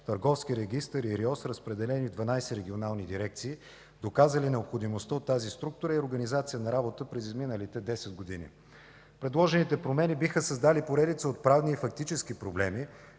Търговски регистър и РИОС, разпределени в 12 регионални дирекции, доказали необходимостта от тази структура и организация на работа през изминалите 10 години. Предложените промени биха създали поредица от правни и фактически проблеми,